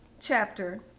chapter